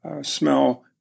smell